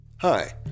Hi